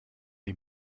die